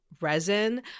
resin